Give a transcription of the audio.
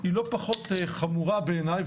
היא לא פחות חמורה בעיניי,